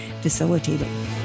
facilitating